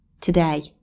today